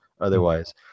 otherwise